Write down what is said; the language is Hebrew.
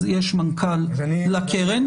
אז יש מנכ"ל לקרן.